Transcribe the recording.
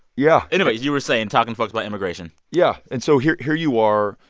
yeah anyways, you were saying talking to folks about immigration yeah. and so here here you are,